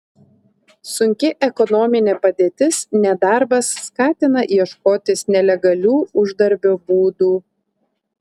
sunki ekonominė padėtis nedarbas skatina ieškotis nelegalių uždarbio būdų